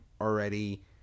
already